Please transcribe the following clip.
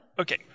Okay